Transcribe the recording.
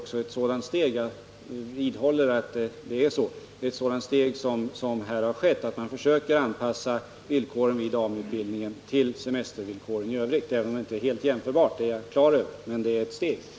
Jag vidhåller att det är ett sådant steg som här har tagits och att man försöker anpassa villkoren vid AMU-utbildningen till semestervillkoren i övrigt. Jag är klar över att det inte är helt jämförbart, men det är som sagt ett steg som tas.